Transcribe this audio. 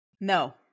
No